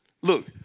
look